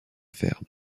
ferme